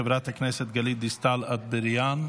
חברת הכנסת גלית דיסטל אטבריאן,